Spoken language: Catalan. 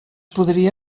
podria